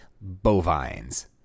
bovines